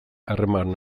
harreman